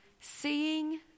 ...seeing